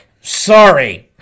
Sorry